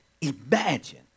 imagine